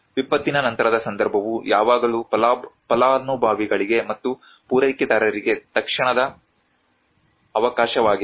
ವಿಪತ್ತಿನ ನಂತರದ ಸಂದರ್ಭವು ಯಾವಾಗಲೂ ಫಲಾನುಭವಿಗಳಿಗೆ ಮತ್ತು ಪೂರೈಕೆದಾರರಿಗೆ ತತ್ಕ್ಷಣದ ಅವಶ್ಯಕವಾಗಿದೆ